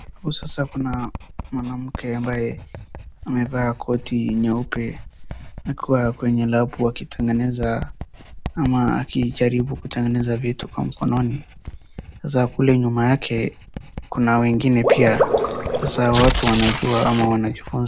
Sasa hapo kuna mwanamke ambaye amevaa koti nyeupe akiwa kwenye labu akitengeneza ama akijaribu kutengeneza vitu kwa mkononi. Sasa kule nyuma yake kuna wengine pia, sasa watu wanajua ama wanajifunza.